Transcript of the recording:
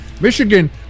Michigan